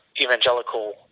evangelical